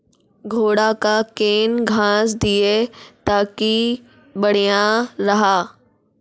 घोड़ा का केन घास दिए ताकि बढ़िया रहा?